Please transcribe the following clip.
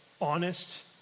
honest